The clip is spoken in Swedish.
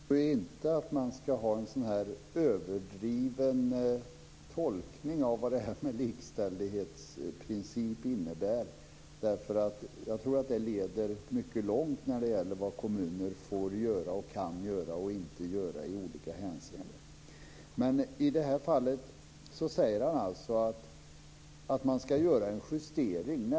Fru talman! Jag tror inte att man ska ha en överdriven tolkning av vad likställighetsprincipen innebär. Jag tror att det leder mycket långt när det gäller vad kommuner får och kan göra och inte göra i olika hänseenden. I det här fallet säger statsministern alltså att man ska göra en justering.